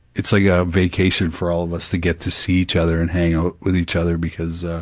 it's like a vacation for all of us to get to see each other and hang out with each other because ah,